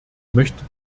möchte